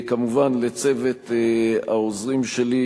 כמובן, לצוות העוזרים שלי,